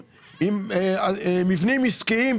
עם מבניים עסקיים,